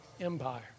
empire